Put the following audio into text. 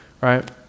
Right